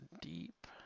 deep